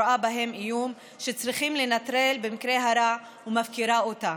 רואה בהם איום שצריכים לנטרל במקרה הרע ומפקירה אותם.